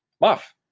Muff